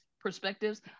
perspectives